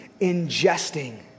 ingesting